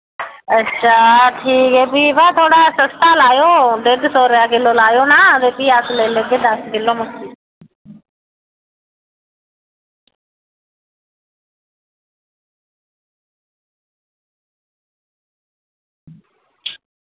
अच्छा ठीक ऐ भी ब थोह्ड़ा सस्ता लाएओ डेढ़ सौ रपेआ किलो लाएओ ना ते भी अस लेई लैगे दस्स किलो मखीर